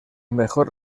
mejor